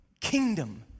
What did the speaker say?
kingdom